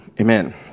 Amen